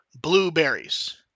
blueberries